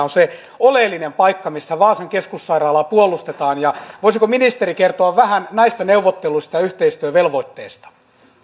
on se oleellinen paikka missä vaasan keskussairaalaa puolustetaan voisiko ministeri kertoa vähän näistä neuvotteluista ja yhteistyövelvoitteista